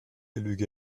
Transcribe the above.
lüge